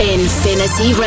Infinity